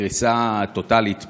בקריסה טוטלית פנים-ארגונית.